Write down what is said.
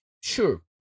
sure